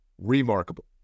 remarkable